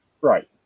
right